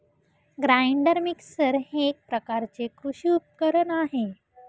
grinder mixer हे एक प्रकारचे कृषी उपकरण आहे